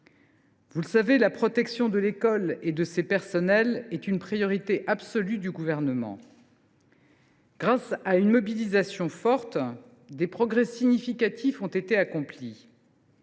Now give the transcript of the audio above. Vous le savez, la protection de l’école et de ses personnels est une priorité absolue du Gouvernement. Grâce à une mobilisation forte, des progrès significatifs ont déjà été accomplis.